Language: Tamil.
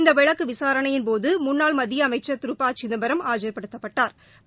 இந்த வழக்கு விசாரணையின் போது முன்னாள் மத்திய அமைசன் திரு ப சிதம்பரம் ஆஜா்படுத்தப்பட்டாா்